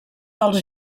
dels